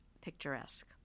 Picturesque